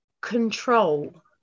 control